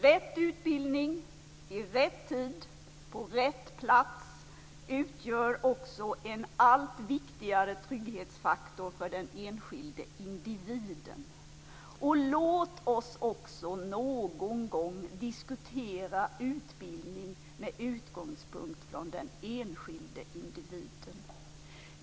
Rätt utbildning i rätt tid på rätt plats utgör också en allt viktigare trygghetsfaktor för den enskilda individen. Låt oss också någon gång diskutera utbildning med utgångspunkt från den enskilda individen.